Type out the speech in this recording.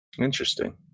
Interesting